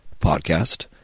podcast